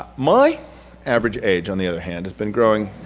my average age on the other hand has been growing